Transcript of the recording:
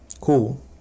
Cool